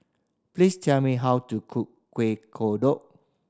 please tell me how to cook Kueh Kodok